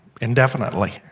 indefinitely